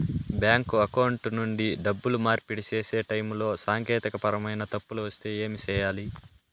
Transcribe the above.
bank account నుండి డబ్బులు మార్పిడి సేసే టైములో సాంకేతికపరమైన తప్పులు వస్తే ఏమి సేయాలి